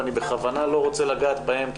ואני בכוונה לא רוצה לגעת בהם,